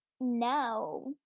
No